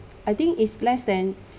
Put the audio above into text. I think it's less than